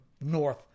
north